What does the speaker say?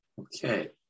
Okay